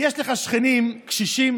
יש לך שכנים קשישים,